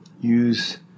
Use